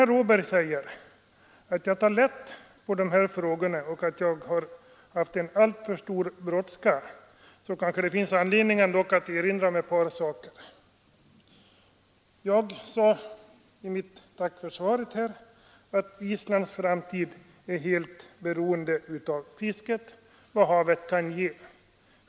Herr Åberg säger att jag tar lätt på dessa frågor och att jag haft alltför bråttom. Det finns då anledning att erinra om ett par saker. Som jag sade i mitt tack för svaret är Islands framtid helt beroende av vad havet kan ge.